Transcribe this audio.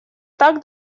так